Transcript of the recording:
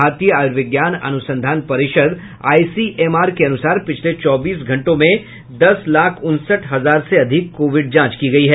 भारतीय आयुर्विज्ञान अनुसंधान परिषद आई सी एम आर के अनुसार पिछले चौबीस घंटों में दस लाख उनसठ हजार से अधिक कोविड जांच की गई है